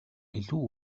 илүү